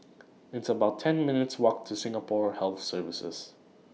It's about ten minutes' Walk to Singapore Health Services